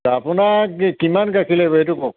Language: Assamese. আপোনাক কিমান গাখীৰ লাগিব এইটো কওক